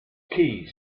keyes